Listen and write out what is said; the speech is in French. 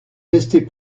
restez